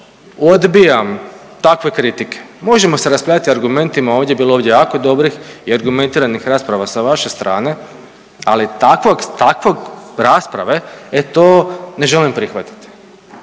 odbijam takve kritike. Možemo se raspravljati argumentima ovdje, bilo je ovdje jako dobrih i argumentiranih rasprave sa vaše strane, ali takvog, ali takvog rasprave e to ne želim prihvatiti.